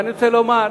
ואני רוצה לומר,